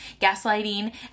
gaslighting